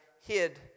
hid